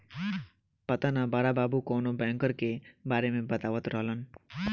पाता ना बड़ा बाबु कवनो बैंकर बैंक के बारे में बतावत रहलन